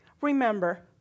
remember